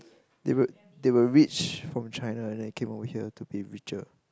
they were they were rich from China and they came over here to be richer